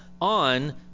on